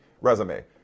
resume